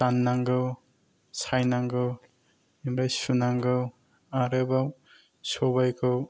दाननांगौ सायनांगौ ओमफ्राय सुनांगौ आरोबाव सबायखौ